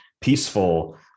peaceful